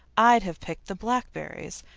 i'd have picked the blackberries,